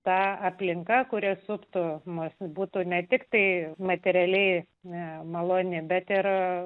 ta aplinka kuri suptų mus būtų ne tiktai materialiai ne maloni bet ir